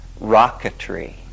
rocketry